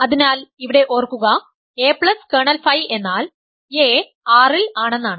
അതിനാൽ ഇവിടെ ഓർക്കുക a പ്ലസ് കേർണൽ ഫൈ എന്നാൽ a R ൽ ആണെന്നാണ്